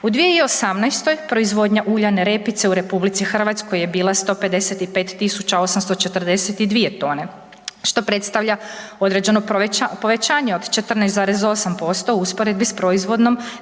U 2018. proizvodnja uljane repice u RH je bila 155842 tone, što predstavlja određeno povećanje od 14,8% u usporedbi s proizvodnom